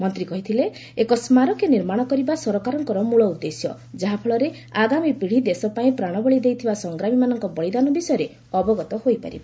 ମନ୍ତ୍ରୀ କହିଥିଲେ ଏକ ସ୍କାରକୀ ନିର୍ମାଣ କରିବା ସରକାରଙ୍କର ମୂଳ ଉଦ୍ଦେଶ୍ୟ ଯାହାଫଳରେ ଆଗାମୀ ପିଢ଼ି ଦେଶପାଇଁ ପ୍ରାଣବଳି ଦେଇଥିବା ସଂଗ୍ରାମୀମାନଙ୍କ ବଳିଦାନ ବିଷୟରେ ଅବଗତ ହୋଇପାରିବ